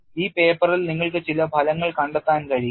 ഈ പേപ്പറിൽ നിങ്ങൾക്ക് ചില ഫലങ്ങൾ കണ്ടെത്താൻ കഴിയും